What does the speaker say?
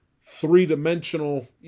three-dimensional